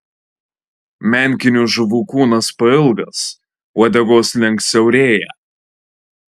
menkinių žuvų kūnas pailgas uodegos link siaurėja